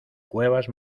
cuevas